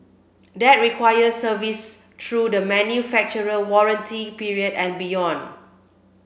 that requires service through the manufacturer warranty period and beyond